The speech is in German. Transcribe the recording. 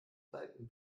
balken